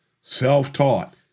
self-taught